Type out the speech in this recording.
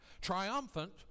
triumphant